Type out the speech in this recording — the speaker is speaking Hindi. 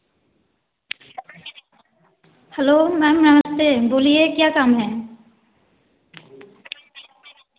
हेलो मैम नमस्ते बोलिए क्या काम है